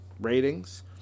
ratings